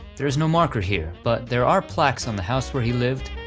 there is no marker here, but there are plaques on the house where he lived,